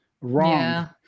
wrong